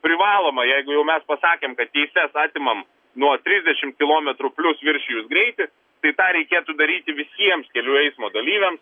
privaloma jeigu jau mes pasakėm kad teises atimam nuo trisdešim kilometrų plius viršijus greitį tai tą reikėtų daryti visiems kelių eismo dalyviams